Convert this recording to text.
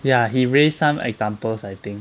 ya he raised some examples I think